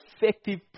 effective